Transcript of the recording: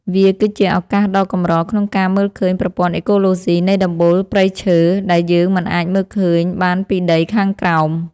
វាគឺជាឱកាសដ៏កម្រក្នុងការមើលឃើញប្រព័ន្ធអេកូឡូស៊ីនៃដំបូលព្រៃឈើ ដែលយើងមិនអាចមើលឃើញបានពីដីខាងក្រោម។